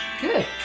Good